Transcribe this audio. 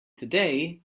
today